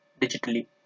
digitally